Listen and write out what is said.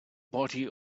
body